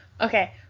Okay